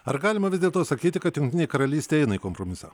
ar galima vis dėlto sakyti kad jungtinė karalystė eina į kompromisą